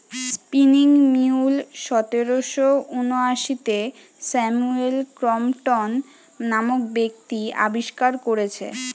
spinning mule সতেরশ ঊনআশিতে Samuel Crompton নামক ব্যক্তি আবিষ্কার কোরেছে